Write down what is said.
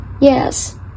Yes